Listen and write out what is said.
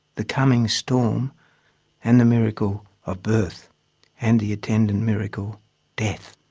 the coming storm and the miracle of birth and the attendant miracle death.